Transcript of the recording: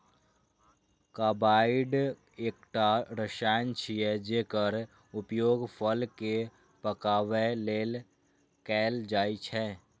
carbide एकटा रसायन छियै, जेकर उपयोग फल कें पकाबै लेल कैल जाइ छै